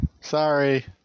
sorry